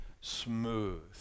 smooth